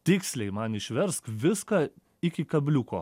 tiksliai man išversk viską iki kabliuko